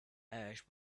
ash